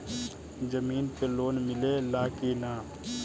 जमीन पे लोन मिले ला की ना?